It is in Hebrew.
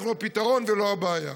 אנחנו הפתרון, ולא הבעיה.